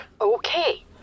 okay